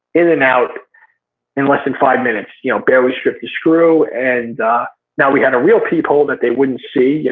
in and out in less than five minutes. you know barely stripped the screw, and now we had a real peephole that they wouldn't see.